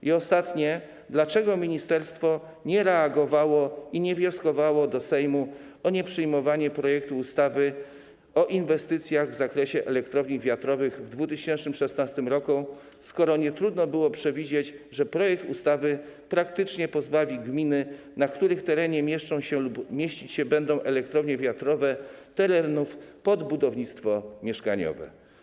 I ostatnie: Dlaczego ministerstwo nie reagowało, nie wnioskowało do Sejmu o nieprzyjmowanie projektu ustawy o inwestycjach w zakresie elektrowni wiatrowych w 2016 r., skoro nie trudno było przewidzieć, że projekt ustawy praktycznie pozbawi gminy, na których terenie mieszczą się lub mieścić się będą elektrownie wiatrowe, terenów pod budownictwo mieszkaniowe?